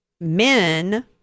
men